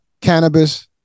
cannabis